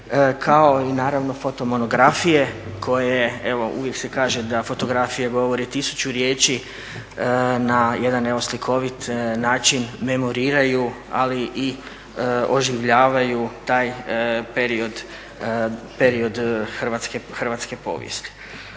kao i naravno fotomonografije koje uvijek se kaže da fotografija govori tisuću riječi na jedan slikovit način memoriraju ali i oživljavaju taj period hrvatske povijesti.